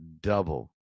double